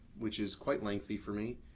which is quite lengthy for me,